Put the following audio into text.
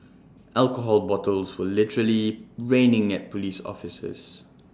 alcohol bottles were literally raining at Police officers